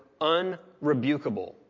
unrebukable